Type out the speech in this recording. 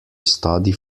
study